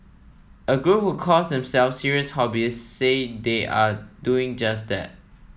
a group who calls themselves serious hobbyists say they are doing just that